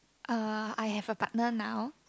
uh I have a partner now